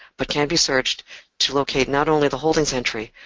but can be searched to locate not only the holdings entry,